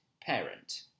parent